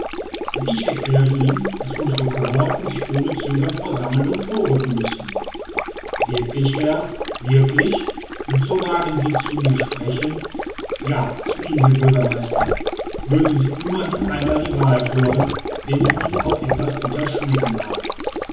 und ich erkläre ihnen daß unsere cohorten sich ohne zögern versammeln und vorrücken müssen wirklich herr wirklich und so wagen sie zu mir sprechen ja zu ihnen herr bürgermeister mögen sie immerhin einmal die wahrheit hören wenn sie ihnen auch etwas bitter schmecken mag